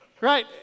Right